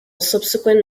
subsequent